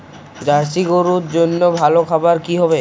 Jersey গরুর জন্য ভালো খাবার কি হবে?